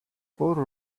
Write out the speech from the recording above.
portals